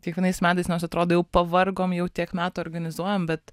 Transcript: kiekvienais metais nors atrodo jau pavargom jau tiek metų organizuojam bet